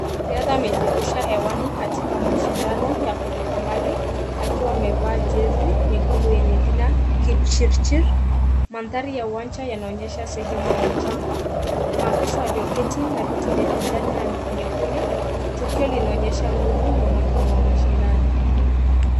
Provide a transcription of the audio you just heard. Mwanariadha amejirusha hewani katika mashindano ya kuruka mbali akiwa amevaa jezi nyekundu yenye jina Kipchirchir. Mandhari ya uwanja yanaonyesha sehemu ya mchanga. Maafisa walioketi na viti vya kijani na nyekundu ,tukio linaonyesha nguvu na umakini wa mashindano.